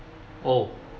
oh